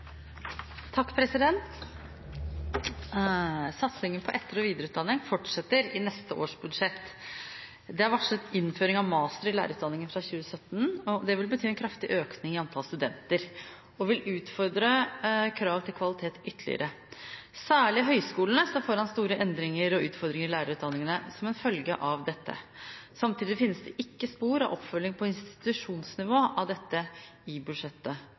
varslet innføring av master i lærerutdanningen fra 2017. Det vil bety en kraftig økning i antall studenter, og vil utfordre kravet til kvalitet ytterligere. Særlig høyskolene står foran store endringer og utfordringer i lærerutdanningene som en følge av dette. Samtidig finnes det ikke spor av oppfølging på institusjonsnivå av dette i